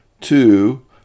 Two